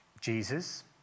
Jesus